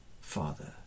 Father